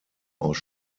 aus